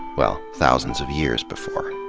well, thousands of years before.